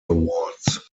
awards